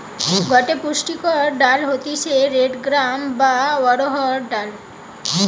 গটে পুষ্টিকর ডাল হতিছে রেড গ্রাম বা অড়হর ডাল